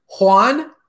Juan